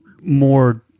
more